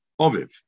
Oviv